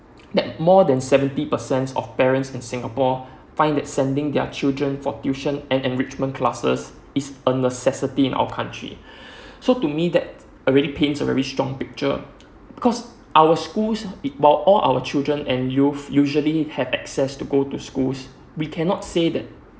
that more than seventy percent of parents in singapore find that sending their children for tuition and enrichment classes is a necessity in our country so to me that already paints a very strong picture cause our school while all our children and youth usually have access to go to schools we cannot say that